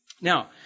Now